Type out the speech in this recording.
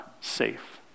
safe